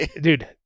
dude